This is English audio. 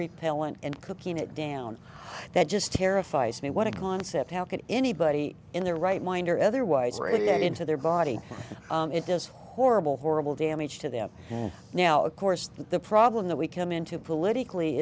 spree pellant and cooking it down that just terrifies me what a concept how could anybody in their right mind or otherwise radiate into their body it is horrible horrible damage to them and now of course the problem that we come into politically